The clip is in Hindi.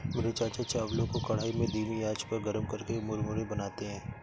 मेरे चाचा चावलों को कढ़ाई में धीमी आंच पर गर्म करके मुरमुरे बनाते हैं